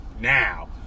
now